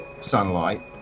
sunlight